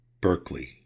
Berkeley